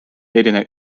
erine